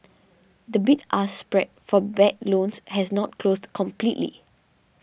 the bid ask spread for bad loans has not closed completely